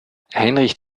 heinrich